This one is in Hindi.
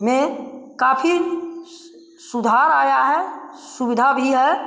में काफ़ी सुधार आया है सुविधा भी है